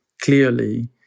clearly